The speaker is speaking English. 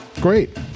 great